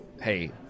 Hey